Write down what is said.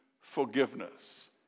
forgiveness